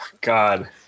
God